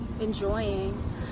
enjoying